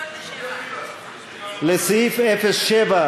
ההסתייגות של חברת הכנסת זהבה גלאון לסעיף תקציבי 07,